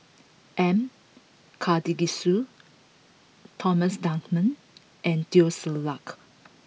M Karthigesu Thomas Dunman and Teo Ser Luck